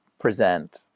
present